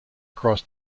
across